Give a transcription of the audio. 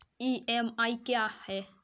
EMI क्या है?